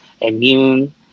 immune